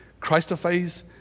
christophase